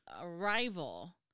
arrival